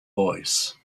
voice